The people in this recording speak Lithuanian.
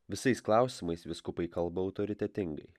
visais klausimais vyskupai kalba autoritetingai